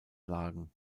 lagen